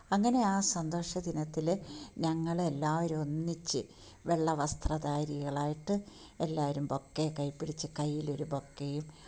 അങ്ങനെയാണ് സന്തോഷ ദിനത്തിൽ ഞങ്ങൾ എല്ലാവരുമൊന്നിച്ച് വെള്ള വസ്ത്രധാരികളായിട്ട് എല്ലാവരും ബൊക്കെയക്കെ പിടിച്ച് കൈയിൽ ഒരു ബൊക്കയും